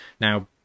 Now